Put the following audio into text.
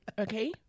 Okay